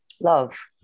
Love